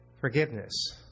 Forgiveness